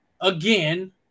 again